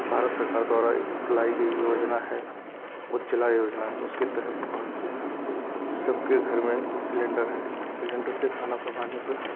भारत सरकार द्वारा एक लाई गई योजना है उज्वला योजना उसके तहत वह सबके घर में सिलेन्डर है सिलेंडर से खाना पकाने पे